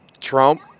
Trump